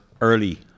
early